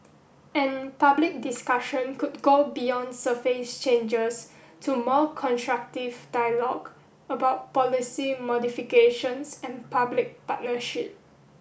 and public discussion could go beyond surface changes to more constructive dialogue about policy modifications and public partnership